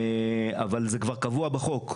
אבל זה כבר קבוע בחוק.